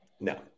No